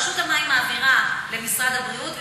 רשות המים מעבירה למשרד הבריאות,